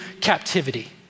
captivity